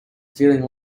feeling